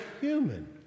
human